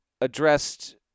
addressed